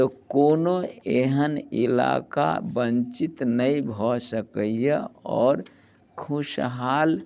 तऽ कोनो एहन इलाका बञ्चित नहि भऽ सकैया आओर खुशहाल